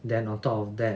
then on top of that